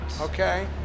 Okay